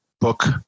book